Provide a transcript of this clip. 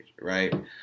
right